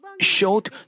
showed